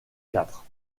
quatre